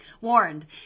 warned